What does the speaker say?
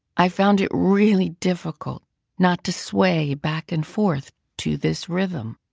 i found it really difficult not to sway back and forth to this rhythm.